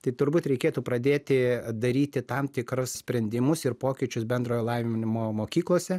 tai turbūt reikėtų pradėti daryti tam tikrus sprendimus ir pokyčius bendrojo lavinimo mokyklose